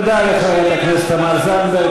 תודה לחברת הכנסת תמר זנדברג.